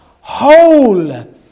Whole